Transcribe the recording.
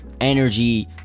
energy